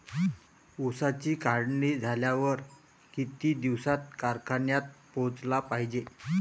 ऊसाची काढणी झाल्यावर किती दिवसात कारखान्यात पोहोचला पायजे?